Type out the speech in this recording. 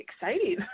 exciting